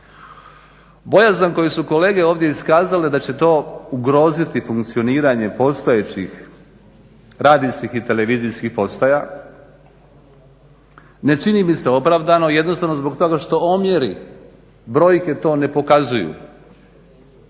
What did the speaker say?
Bojazan koju su kolege ovdje iskazale da će to ugroziti funkcioniranje postojećih, radijskih i televizijskih postaja ne čini mi se opravdano jednostavno zbog toga što omjeri, brojke to ne pokazuju.